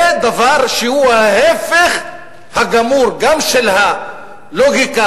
זה דבר שהוא ההיפך הגמור גם של הלוגיקה